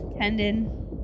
tendon